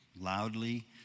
loudly